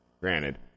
granted